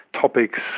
topics